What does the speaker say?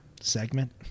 segment